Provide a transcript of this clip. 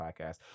podcast